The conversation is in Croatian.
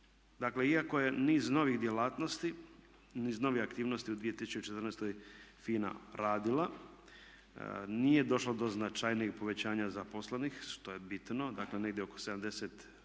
Dakle, iako je niz novih djelatnosti, niz novih aktivnosti u 2014. FINA radila nije došlo do značajnijeg povećanja zaposlenih što je bitno. Dakle, negdje oko